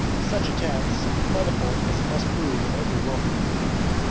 such a tax, plentiful as it must prove in every wealthy community,